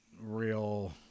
real